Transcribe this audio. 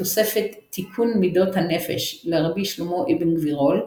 בתוספת "תיקון מדות הנפש" לרבי שלמה אבן גבירול,